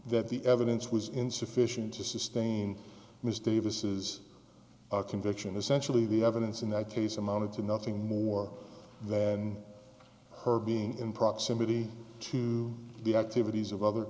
that the evidence was insufficient to sustain ms davis is a conviction essentially the evidence in that case amounted to nothing more than her being in proximity to the activities of other